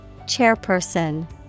Chairperson